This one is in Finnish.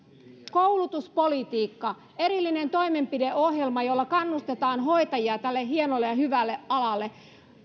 koulutuspolitiikka erillinen toimenpideohjelma jolla kannustetaan hoitajia tälle hienolle ja hyvälle alalle